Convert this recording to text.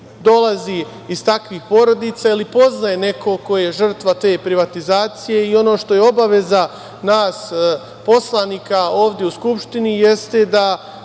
dolazi iz takvih porodica ili poznaje nekog ko je žrtva te privatizacije i ono što je obaveza nas poslanika ovde u Skupštini jeste da